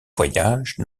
voyage